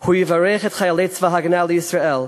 הוא יברך את חיילי צבא הגנה לישראל,